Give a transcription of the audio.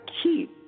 keep